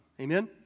Amen